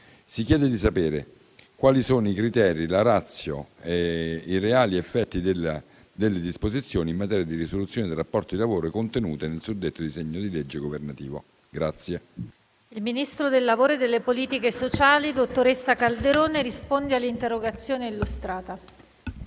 si chiede di sapere quali siano i criteri, la *ratio* e i reali effetti delle disposizioni in materia di risoluzione del rapporto di lavoro contenute nel suddetto disegno di legge governativo. PRESIDENTE. Il ministro del lavoro e delle politiche sociali, dottoressa Calderone, ha facoltà di rispondere all'interrogazione testé illustrata,